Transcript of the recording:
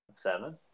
Seven